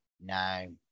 No